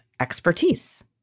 expertise